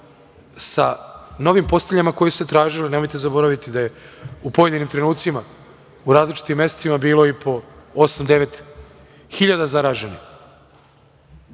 sa novim posteljama koje su se tražile, nemojte zaboraviti da je u pojedinim trenucima u različitim mesecima bilo i po osam, devet hiljada zaraženih. Ali,